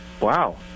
Wow